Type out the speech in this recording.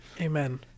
Amen